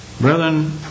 Brethren